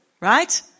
Right